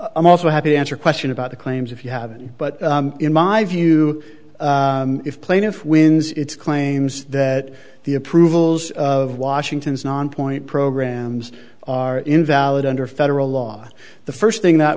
i'm also happy answer question about the claims if you haven't but in my view if plaintiff wins it's claims that the approvals of washington's nonpoint programs are invalid under federal law the first thing that